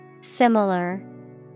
Similar